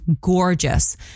Gorgeous